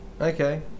Okay